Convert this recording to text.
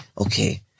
okay